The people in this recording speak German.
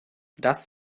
das